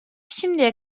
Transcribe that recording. şimdiye